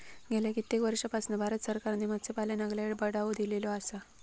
गेल्या कित्येक वर्षापासना भारत सरकारने मत्स्यपालनाक लय बढावो दिलेलो आसा